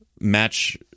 match